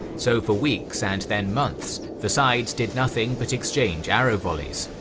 so, for weeks and then months the sides did nothing but exchange arrow volleys.